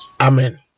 amen